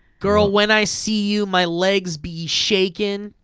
girl when i see you my legs be shakin',